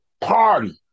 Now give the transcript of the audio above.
party